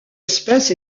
espèce